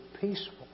peaceful